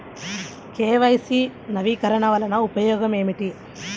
KYC నవీకరణ వలన ఉపయోగం ఏమిటీ?